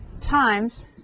Times